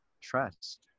trust